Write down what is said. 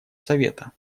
совета